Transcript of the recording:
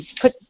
put